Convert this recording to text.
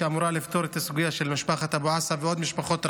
אמורה לפתור את הסוגיה של משפחת אבו עסא ועוד משפחות רבות.